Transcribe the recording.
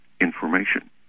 information